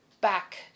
back